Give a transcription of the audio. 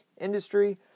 industry